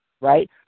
Right